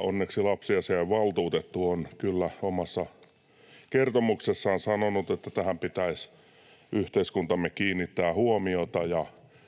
Onneksi lapsiasiainvaltuutettu on kyllä omassa kertomuksessaan sanonut, että tähän pitäisi yhteiskuntamme kiinnittää huomiota,